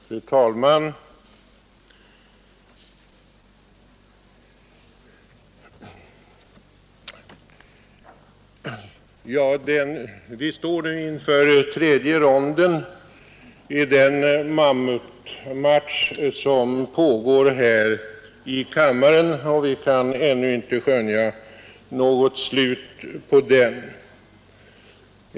Fru talman! Vi står nu inför tredje ronden i den mammutmatch som pågår här i kammaren, och vi kan ännu inte skönja något slut på den.